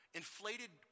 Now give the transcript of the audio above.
inflated